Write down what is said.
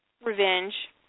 revenge